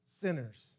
sinners